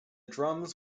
drums